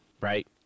right